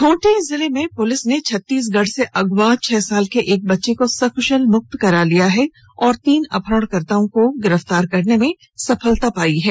खूंटी जिले की पुलिस ने छत्तीसगढ़ से अगवा छह साल के बच्चे को सकृशल मुक्त करा लिया और तीन अपहरणकर्तताओं को भी गिरफ्तार करने में सफलता हासिल की है